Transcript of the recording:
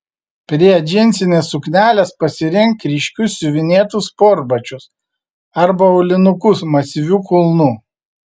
prie džinsinės suknelės pasirink ryškius siuvinėtus sportbačius arba aulinukus masyviu kulnu